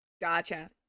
gotcha